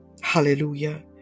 Hallelujah